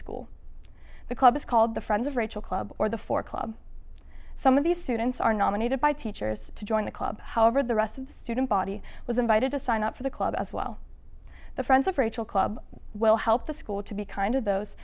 school the club is called the friends of rachel club or the four club some of these students are nominated by teachers to join the club however the rest of the student body was invited to sign up for the club as well the friends of rachel club well help the school to be kind of those